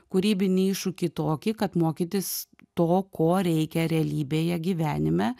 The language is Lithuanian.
kūrybinį iššūkį tokį kad mokytis to ko reikia realybėje gyvenime